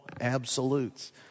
absolutes